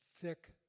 thick